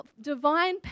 divine